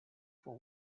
for